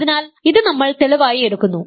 അതിനാൽ ഇത് നമ്മൾ തെളിവായി എടുക്കുന്നു